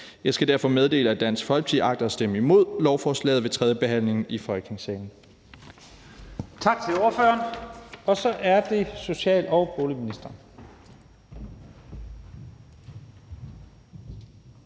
Jeg skal derfor meddele, at Dansk Folkeparti agter at stemme imod lovforslaget ved tredjebehandlingen i Folketingssalen.